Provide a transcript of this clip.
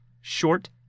short